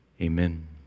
amen